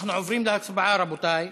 אנחנו עוברים להצבעה, רבותי.